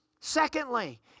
Secondly